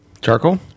Charcoal